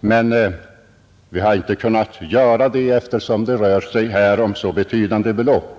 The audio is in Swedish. Men vi har som sagt inte kunnat göra det, eftersom det här rör sig om så betydande belopp.